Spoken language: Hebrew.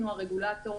אנחנו הרגולטור